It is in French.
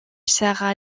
sahara